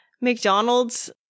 McDonald's